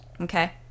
okay